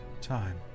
time